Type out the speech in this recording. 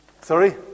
Sorry